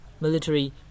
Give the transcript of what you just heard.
military